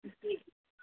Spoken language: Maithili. जी